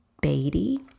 Beatty